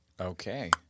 Okay